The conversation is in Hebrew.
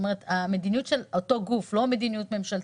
המדיניות של אותו גוף, לא מדיניות ממשלתית.